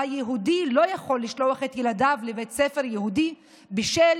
שיהודי לא יכול לשלוח את ילדיו לבית ספר יהודי בשל